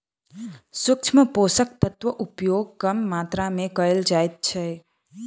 सूक्ष्म पोषक तत्वक उपयोग कम मात्रा मे कयल जाइत छै